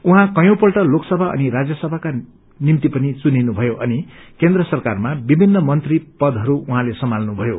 उहाँ कयौंपल्ट लोकसभा अनि राज्यसभाका निम्ति पनि चुनिनुभयो अनि केन्द्र सरकारमा विभिन्न मंत्री पदहरू उहाँले सम्हाल्नुभयो